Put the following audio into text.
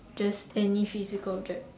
just any physical object